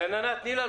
רננה, תני לנו